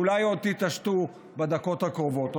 אולי עוד תתעשתו בדקות הקרובות.